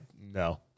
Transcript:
no